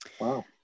Wow